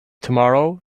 tomorrow